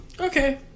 okay